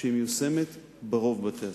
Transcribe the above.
שהיא מיושמת ברוב בתי-הספר.